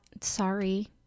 sorry